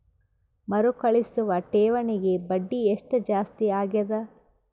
ಮರುಕಳಿಸುವ ಠೇವಣಿಗೆ ಬಡ್ಡಿ ಎಷ್ಟ ಜಾಸ್ತಿ ಆಗೆದ?